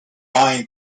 lion